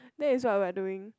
that is what we are doing